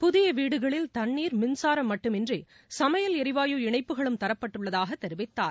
புதிய வீடுகளில் தண்ணீர் மின்சாரம் மட்டுமின்றி சமையல் எரிவாயு இணப்புகளும் தரப்பட்டுள்ளதாக தெரிவித்தார்